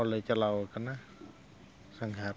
ᱠᱚᱞᱮ ᱪᱟᱞᱟᱣ ᱠᱟᱱᱟ ᱥᱟᱸᱜᱷᱟᱨ